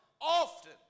often